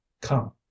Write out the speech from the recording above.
come